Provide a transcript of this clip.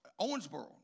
Owensboro